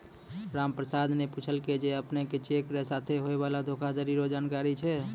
रामप्रसाद न पूछलकै जे अपने के चेक र साथे होय वाला धोखाधरी रो जानकारी छै?